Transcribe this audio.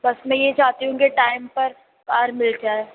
بس میں یہ چاہتی ہوں کہ ٹائم پر کار مِل جائے